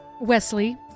Wesley